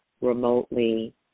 remotely